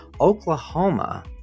Oklahoma